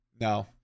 No